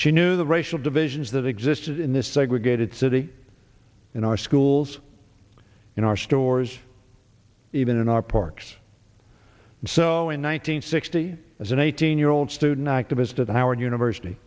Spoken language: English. she knew the racial divisions that exist in this segregated city in our schools in our stores even in our parks and so in one nine hundred sixty as an eighteen year old student activist at howard university